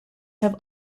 have